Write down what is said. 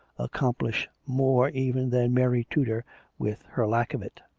accomplish more even than mary tudor with her lack of it?